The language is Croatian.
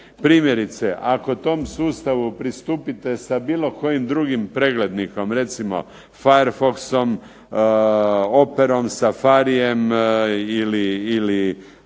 Primjerice, ako tom sustavu pristupite sa bilo kojim drugim preglednikom, recimo fire foxom, operom, safarijem ili